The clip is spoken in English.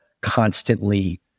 constantly